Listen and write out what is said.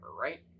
right